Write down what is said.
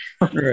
right